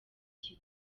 iki